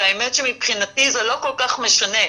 והאמת שמבחינתי זה לא כל כך משנה.